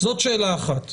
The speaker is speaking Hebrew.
זאת שאלה אחת.